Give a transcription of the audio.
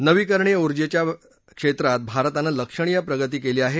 नवीकरणीय ऊर्जेच्या क्षेत्रात भारतानं लक्षणीय प्रगती केली आहे